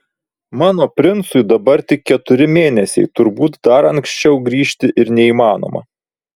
mano princui dabar tik keturi mėnesiai turbūt dar anksčiau grįžti ir neįmanoma